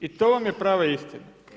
I to vam je prava istina.